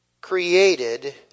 created